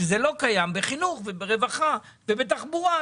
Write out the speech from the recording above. זה לא קיים בחינוך וברווחה ובתחבורה,